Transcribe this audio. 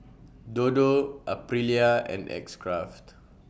Dodo Aprilia and X Craft